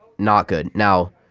not good. now,